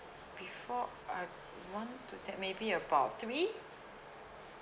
before I one to ten maybe about three